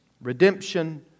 Redemption